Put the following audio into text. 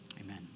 amen